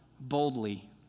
boldly